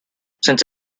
since